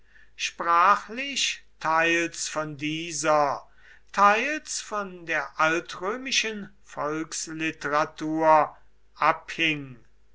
sprachlich teils von dieser teils von der altrömischen volksliteratur abhing